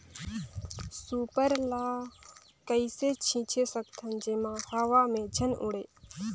Super ल कइसे छीचे सकथन जेमा हवा मे झन उड़े?